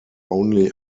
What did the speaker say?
only